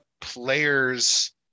players